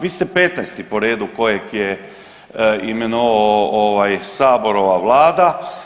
Vi ste 15 po redu kojeg je imenovao ovaj sabor, ova vlada.